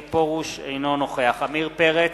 אינו נוכח עמיר פרץ,